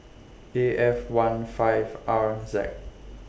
A F one five R Z